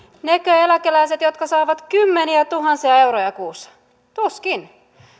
nekö eläkeläiset jotka saavat kymmeniätuhansia euroja kuussa tuskin